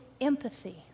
empathy